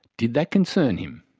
did that concern him?